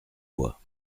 bois